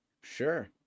Sure